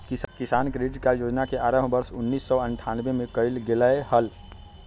किसान credit card योजना के आरंभ वर्ष उन्नीसौ अठ्ठान्नबे में कइल गैले हल